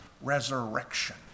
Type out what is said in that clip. resurrection